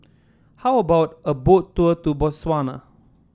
how about a Boat Tour to Botswana